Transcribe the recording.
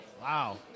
Wow